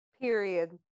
period